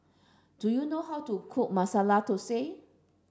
do you know how to cook Masala Thosai